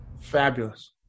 Fabulous